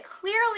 Clearly